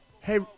Hey